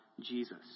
Jesus